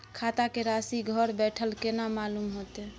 खाता के राशि घर बेठल केना मालूम होते?